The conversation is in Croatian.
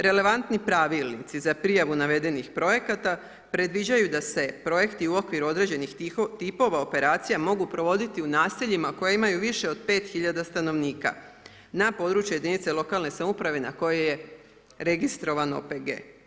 Relevantni pravilnici za prijavu navedenih projekata, predviđaju da se projekti u okviru određenih tipova, operacija, mogu provoditi u nasiljima, koji imaju više od 5 hiljada stanovnika, na području jedinice lokalne samouprave, na koje je registriran OPG.